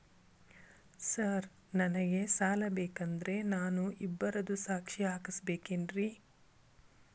Sir ನನಗೆ ಸಾಲ ಬೇಕಂದ್ರೆ ನಾನು ಇಬ್ಬರದು ಸಾಕ್ಷಿ ಹಾಕಸಬೇಕೇನ್ರಿ?